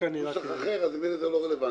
בנוסח אחר, אז ממילא זה לא רלוונטי.